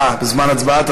בזמן הצבעה?